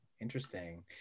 interesting